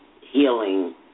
healing